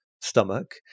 stomach